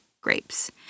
grapes